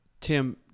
Tim